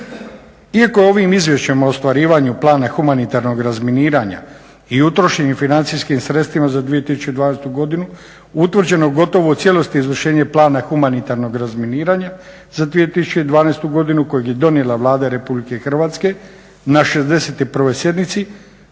Iako je ovim Izvješćem o ostvarivanju Plana humanitarnog razminiranja i utrošenih financijskim sredstvima za 2012.godinu utvrđeno gotovo u cijelosti izvršenje plana humanitarnog razminiranja za 2012.godinu kojeg je donijela Vlada RH na 61.sjednici,